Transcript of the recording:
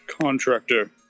contractor